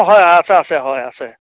অঁ হয় আছে আছে হয় আছে